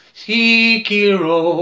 sikiro